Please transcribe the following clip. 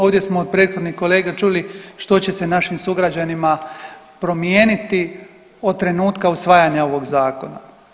Ovdje smo od prethodnih kolega čuli što će se našim sugrađanima promijeniti od trenutka usvajanja ovog zakona.